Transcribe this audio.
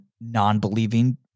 non-believing